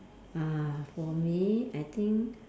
uh for me I think